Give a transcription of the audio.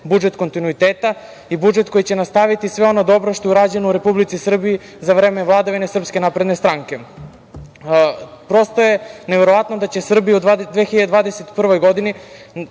budžet kontinuiteta i budžet koji će nastaviti sve ono dobro što je urađeno u Republici Srbiji za vreme vladavine SNS.Prosto je neverovatno da će Srbija u 2021. godini,